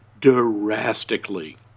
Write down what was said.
drastically